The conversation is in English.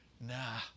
nah